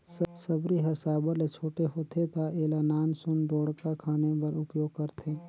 सबरी हर साबर ले छोटे होथे ता एला नान सुन ढोड़गा खने बर उपियोग करथे